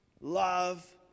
Love